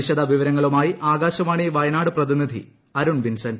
വിശദവിവരങ്ങളുമായി ആകാശവാണി വയനാട് പ്രതിനിധി അരുൺ വിൻസെന്റ്